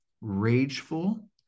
rageful